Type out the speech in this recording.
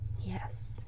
Yes